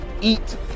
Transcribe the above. eat